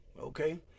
Okay